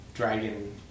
dragon